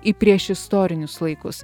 į priešistorinius laikus